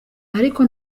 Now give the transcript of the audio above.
ariko